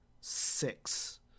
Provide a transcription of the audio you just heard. six